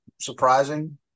surprising